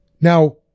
Now